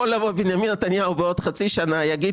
יכול לבוא בנימין נתניהו בעוד חצי שנה ולומר,